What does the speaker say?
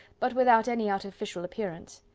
but without any artificial appearance.